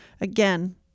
Again